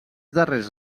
darrers